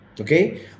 okay